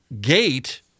gate